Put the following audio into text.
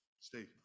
Steve